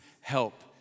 help